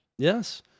Yes